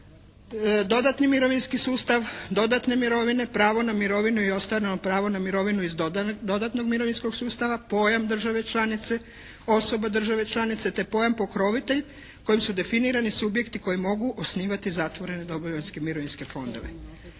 dodatni mirovinski sustav, dodatne mirovine, pravo na mirovinu i pravo na mirovinu iz dodatnog mirovinskog sustava, pojam države članice, osoba države članice te pojam pokrovitelj kojim su definirani subjekti koji mogu osnivati zatvorene …/Govornik se ne